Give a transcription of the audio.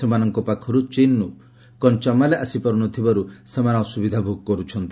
ସେମାନଙ୍କ ପାଖକୁ ଚୀନରୁ କଞ୍ଚାମାଲ ଆସିପାର୍ ନ ଥିବାର୍ତ ସେମାନେ ଅସ୍ରବିଧା ଭୋଗ କର୍ତ୍ଛନ୍ତି